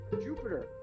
Jupiter